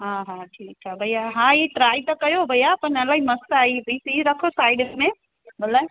हा हा ठीकु आहे भैया हा ई ट्राइ त कयो भैया पर अलाही मस्तु आहे ई बि रखो साइड में भले